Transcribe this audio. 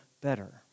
better